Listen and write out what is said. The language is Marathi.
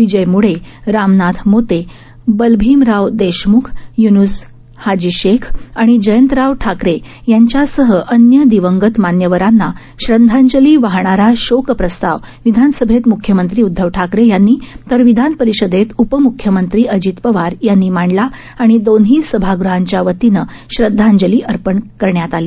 विजय म्डे रामनाथ मोते बलभीमराव देशमुख युनूस हाजी शेख आणि जयंतराव ठाकरे यांच्यासह अन्य दिवंगत मान्यवरांना श्रदधांजली वाहणारा शोक प्रस्ताव विधानसभेत मुख्यमंत्री उदधव ठाकरे यांनी तर विधानपरिषदेत उपम्ख्यमंत्री अजित पवार यांनी मांडला आणि दोन्ही सभागृहाच्या वतीनं श्रध्दांजली अर्पण करण्यात आली